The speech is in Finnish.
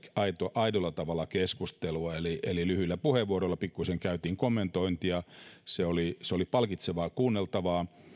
aidolla tavalla keskustelua eli eli lyhyillä puheenvuoroilla pikkusen käytiin kommentointia se oli se oli palkitsevaa kuunneltavaa